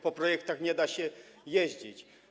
Po projektach nie da się jeździć.